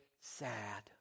sad